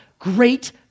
Great